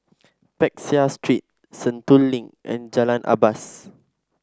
Peck Seah Street Sentul Link and Jalan Asas